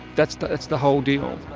that's the that's the whole deal,